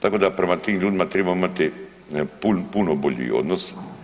Tako da prema tim ljudima tribamo imati puno bolji odnos.